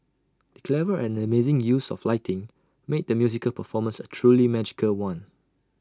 the clever and amazing use of lighting made the musical performance A truly magical one